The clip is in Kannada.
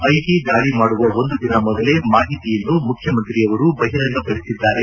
ಐಟಿ ದಾಳಿ ಮಾಡುವ ಒಂದು ದಿನ ಮೊದಲೇ ಮಾಹಿತಿಯನ್ನು ಮುಖ್ಯಮಂತ್ರಿಯವರು ಬಹಿರಂಗಪಡಿಸಿದ್ದಾರೆ